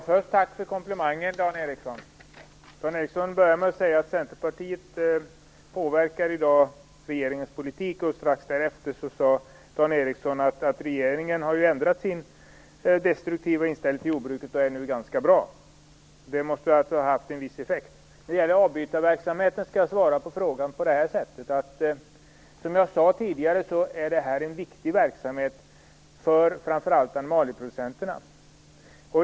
Fru talman! Först vill jag tacka Dan Ericsson för komplimangen. Dan Ericsson började med att säga att Centerpartiet i dag påverkar regeringens politik, och strax därefter sade han att regeringen har ändrat sin destruktiva inställning till jordbruket och att den nu är ganska bra. Det måste alltså ha haft en viss effekt. När det gäller avbytarverksamheten skall jag svara på frågan på följande sätt. Jag sade tidigare att detta är en viktig verksamhet, framför allt för animalieproducenterna.